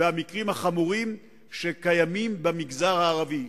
והמקרים החמורים שקיימים במגזר הערבי.